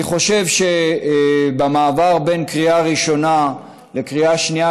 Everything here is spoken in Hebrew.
אני חושב שבמעבר בין קריאה ראשונה לקריאה שנייה